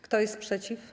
Kto jest przeciw?